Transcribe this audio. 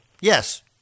Yes